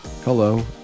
Hello